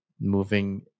moving